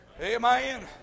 Amen